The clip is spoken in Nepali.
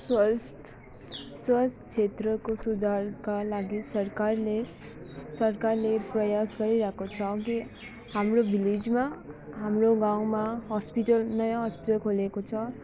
स्वास्थ्य स्वास्थ्य क्षेत्रको सुधारका लागि सरकारले सरकारले प्रयास गरिरहेको छ कि हाम्रो भिलेजमा हाम्रो गाउँमा हस्पिटल नयाँ हस्पिटल खोलिएको छ